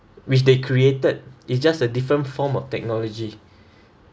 which they created it's just a different form of technology